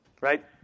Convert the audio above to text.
Right